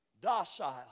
docile